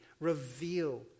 reveal